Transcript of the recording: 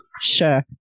sure